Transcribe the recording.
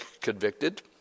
convicted